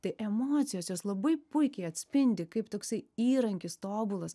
tai emocijos jos labai puikiai atspindi kaip toksai įrankis tobulas